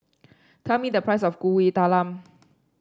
tell me the price of Kuih Talam